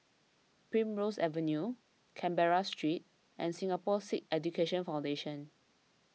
Primrose Avenue Canberra Street and Singapore Sikh Education Foundation